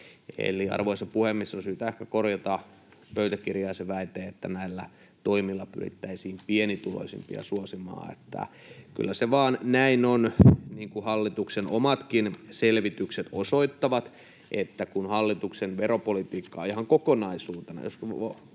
Arvoisa puhemies! Eli on syytä ehkä korjata pöytäkirjaan se väite, että näillä toimilla pyrittäisiin pienituloisimpia suosimaan. Kyllä se vaan näin on, niin kuin hallituksen omatkin selvitykset osoittavat, että jos katsotaan hallituksen veropolitiikkaa ihan kokonaisuutena, kaikki